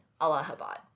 Allahabad